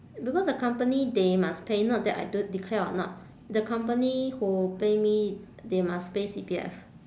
because the company they must pay not that I don~ declare or not the company who pay me they must pay C_P_F